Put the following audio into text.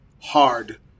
hard